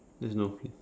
there's no face